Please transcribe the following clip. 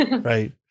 right